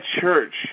church